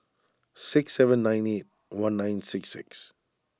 six seven nine eight one nine six six